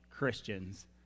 Christians